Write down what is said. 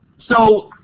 so,